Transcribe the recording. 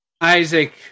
Isaac